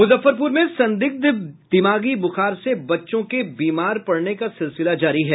मुजफ्फरपुर में संदिग्ध दिमागी बुखार से बच्चों के बीमार पड़ने का सिलसिला जारी है